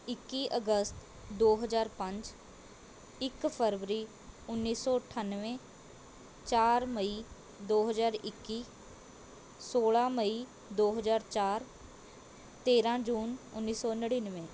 ਇੱਕੀ ਅਗਸਤ ਦੋ ਹਜ਼ਾਰ ਪੰਜ ਇੱਕ ਫਰਵਰੀ ਉੱਨੀ ਸੌ ਅਠਾਨਵੇਂ ਚਾਰ ਮਈ ਦੋ ਹਜ਼ਾਰ ਇੱਕੀ ਸੋਲ੍ਹਾਂ ਮਈ ਦੋ ਹਜ਼ਾਰ ਚਾਰ ਤੇਰ੍ਹਾਂ ਜੂਨ ਉੱਨੀ ਸੌ ਨੜਿਨਵੇਂ